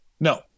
No